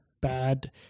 bad